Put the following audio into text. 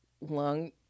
lung